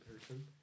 person